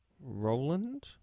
Roland